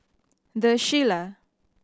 the Shilla